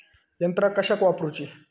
यंत्रा कशाक वापुरूची?